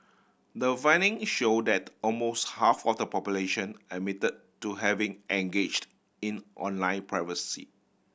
the finding show that almost half of the population admit to having engaged in online piracy